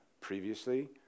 previously